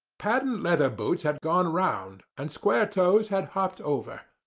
patent-leather boots had gone round, and square-toes had hopped over.